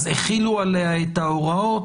אז יחילו עליה את ההוראות?